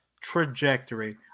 trajectory